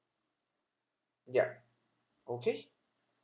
yup okay